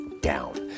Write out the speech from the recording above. down